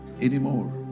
anymore